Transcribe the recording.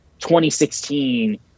2016